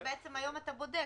אלה דברים שהיום אתה בודק